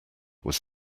was